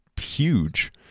huge